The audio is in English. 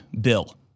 bill